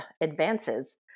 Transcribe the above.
advances